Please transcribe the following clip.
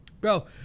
Bro